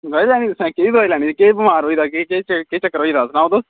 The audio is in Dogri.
दोआई लैनी केह् दोआई लैनी तुसें केह् बमार होई एह्दा केह् चक्कर होई एह्दा साह्ब